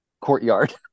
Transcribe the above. courtyard